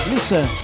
Listen